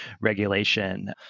regulation